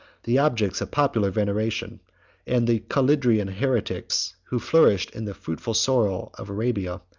the objects of popular veneration and the collyridian heretics, who flourished in the fruitful soil of arabia,